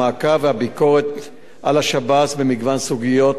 המעקב והביקורת על השב"ס במגוון סוגיות.